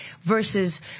versus